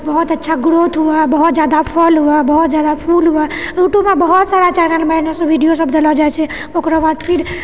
बहुत अच्छा ग्रोथ हुए बहुत जादा फल हुए बहुत जादा फूल हुए यूट्यूबमे बहुत सारा चैनलमे एहनो सभ वीडियो सभ देलो जाइत छै ओकरोबाद फिर